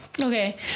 Okay